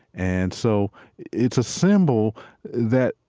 and so it's a symbol that,